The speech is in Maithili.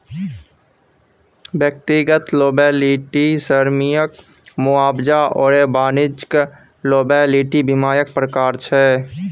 व्यक्तिगत लॉयबिलटी श्रमिककेँ मुआवजा आओर वाणिज्यिक लॉयबिलटी बीमाक प्रकार छै